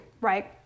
Right